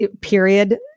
period